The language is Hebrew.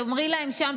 תאמרי להם שם,